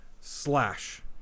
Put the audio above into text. slash